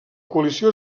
coalició